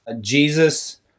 Jesus